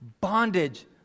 bondage